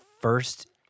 first